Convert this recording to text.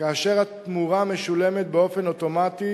כאשר התמורה משולמת באופן אוטומטי